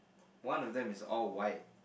one of them is all white